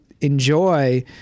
enjoy